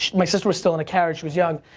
my sister was still in a carriage, she was young.